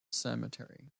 cemetery